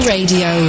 Radio